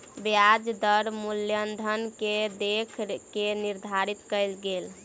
ब्याज दर मूलधन के देख के निर्धारित कयल गेल